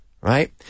right